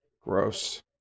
gross